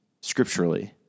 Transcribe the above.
scripturally